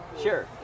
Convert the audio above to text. Sure